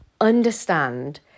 understand